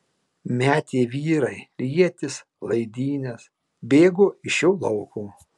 metė vyrai ietis laidynes bėgo iš šio lauko